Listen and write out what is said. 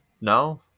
No